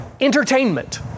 entertainment